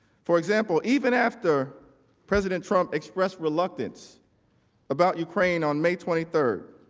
for example, even after president trump expressed relock since about ukraine on may twenty three,